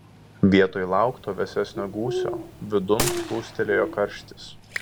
vietoj laukto vėsesnio gūsio vidun plūstelėjo karštis